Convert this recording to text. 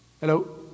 Hello